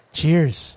Cheers